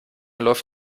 läuft